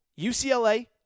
UCLA